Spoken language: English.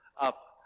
up